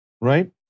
right